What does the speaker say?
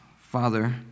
Father